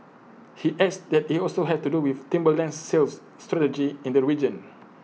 he adds that IT also has to do with Timberland's sales strategy in the region